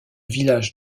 village